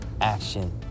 action